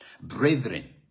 Brethren